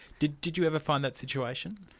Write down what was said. did did you ever find that situation?